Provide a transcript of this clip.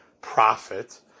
profit